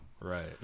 Right